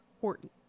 Horton